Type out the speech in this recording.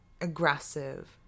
...aggressive